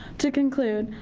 to conclude,